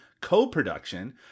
co-production